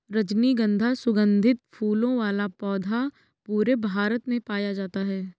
रजनीगन्धा सुगन्धित फूलों वाला पौधा पूरे भारत में पाया जाता है